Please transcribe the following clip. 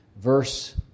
verse